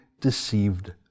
deceived